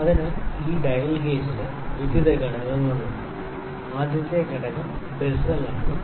അതിനാൽ ഈ ഡയൽ ഗേജിന് വിവിധ ഘടകങ്ങളുണ്ട് ആദ്യത്തെ ഘടകം ബെസെൽ ആണ്